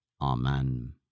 amen